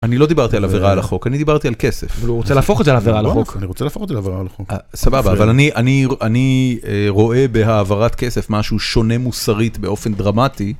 אני לא דיברתי על עבירה על החוק, אני דיברתי על כסף. אבל הוא רוצה להפוך את זה לעבירה על החוק. אני רוצה להפוך את זה לעבירה על החוק. סבבה, אבל אני רואה בהעברת כסף משהו שונה מוסרית באופן דרמטי.